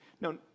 No